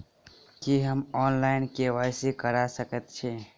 की हम online, KYC करा सकैत छी?